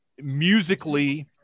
Musically